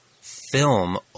film